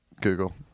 Google